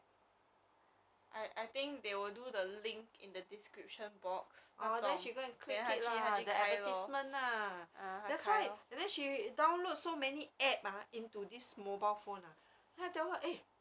ya and she can also use tiktok ah she nowadays keep using tiktok and then keep telling mummy we can post uh things into tiktok shall we do a video I tell her no thank you